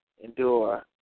endure